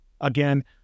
again